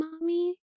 mommy